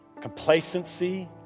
complacency